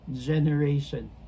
generation